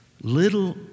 little